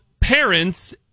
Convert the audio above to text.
parents